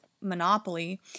monopoly